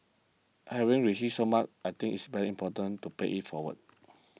having received so much I think it's very important to pay it forward